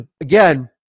again